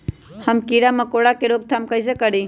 हम किरा मकोरा के रोक थाम कईसे करी?